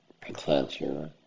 potential